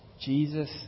Jesus